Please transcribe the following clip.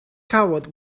covered